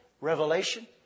Revelation